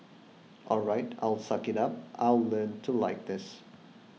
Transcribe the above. all right I'll suck it up I'll learn to like this